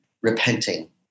repenting